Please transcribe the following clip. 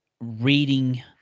reading